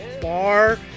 bar